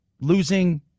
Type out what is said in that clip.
losing